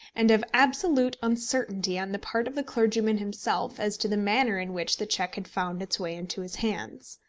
and of absolute uncertainty on the part of the clergyman himself as to the manner in which the cheque had found its way into his hands.